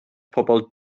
pobl